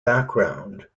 background